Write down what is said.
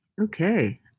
Okay